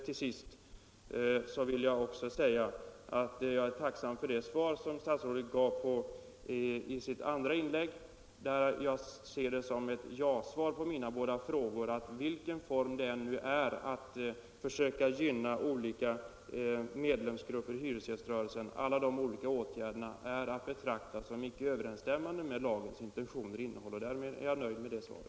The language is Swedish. Till sist vill jag säga att jag är tacksam för det svar som statsrådet gav i sitt andra inlägg. Jag uppfattar det som ett ja-svar på båda mina frågor, dvs. att i vilka former man än försöker gynna olika medlemsgrupper i hyresgäströrelsen är alla dessa åtgärder att betrakta som icke överensstämmande med lagens intentioner och innehåll. Därmed är jag nöjd med svaret.